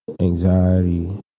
anxiety